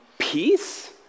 peace